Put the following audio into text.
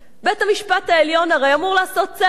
בית-המשפט העליון הרי אמור לעשות צדק.